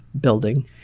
building